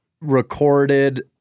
recorded